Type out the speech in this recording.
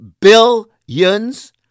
billions